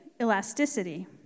elasticity